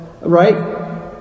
right